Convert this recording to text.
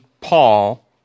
Paul